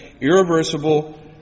irreversible